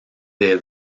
des